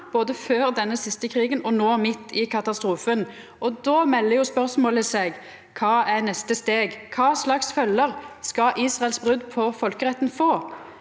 både før denne siste krigen og no, midt i katastrofen. Då melder jo spørsmålet seg: Kva er neste steg? Kva slags følgjer skal Israels brot på folkeretten få?